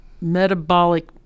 metabolic